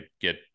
get